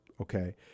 okay